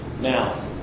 Now